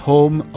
Home